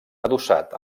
adossat